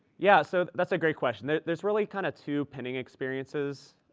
yeah so that's a great question. there's really kind of two pinning experiences